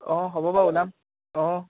অঁ হ'ব বাৰু ওলাম অঁ